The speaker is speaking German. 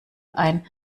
ein